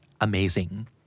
amazing